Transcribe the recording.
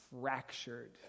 fractured